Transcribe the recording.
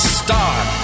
start